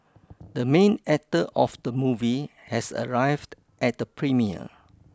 the main actor of the movie has arrived at the premiere